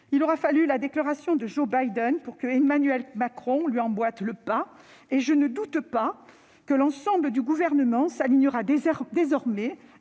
Il aura fallu la déclaration de Joe Biden pour qu'Emmanuel Macron emboîte le pas. Je ne doute pas que l'ensemble du Gouvernement s'alignera désormais